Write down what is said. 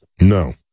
No